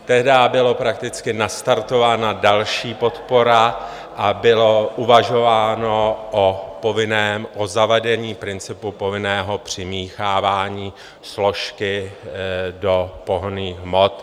Tehdy byla prakticky nastartována další podpora a bylo uvažováno o zavedení principu povinného přimíchávání složky do pohonných hmot.